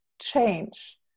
change